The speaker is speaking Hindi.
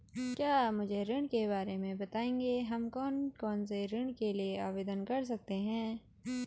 क्या आप मुझे ऋण के बारे में बताएँगे हम कौन कौनसे ऋण के लिए आवेदन कर सकते हैं?